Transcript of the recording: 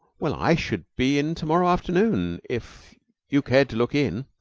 well, i should be in to-morrow afternoon, if you cared to look in.